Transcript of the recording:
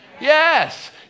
Yes